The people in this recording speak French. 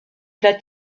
plat